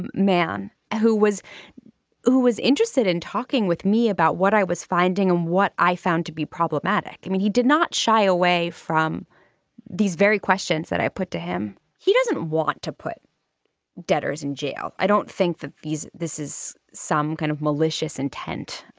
and man who was who was interested in talking with me about what i was finding and what i found to be problematic. i mean he did not shy away from these very questions that i put to him. he doesn't want to put debtors in jail. i don't think the fees. this is some kind of malicious intent.